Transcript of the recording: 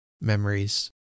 memories